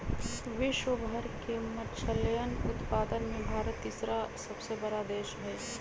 विश्व भर के मछलयन उत्पादन में भारत तीसरा सबसे बड़ा देश हई